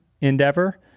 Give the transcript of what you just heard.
endeavor